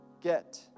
get